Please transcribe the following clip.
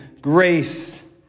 grace